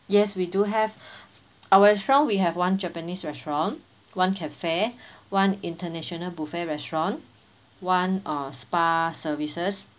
yes we do have our restaurant we have one japanese restaurant one cafe one international buffet restaurant one uh spa services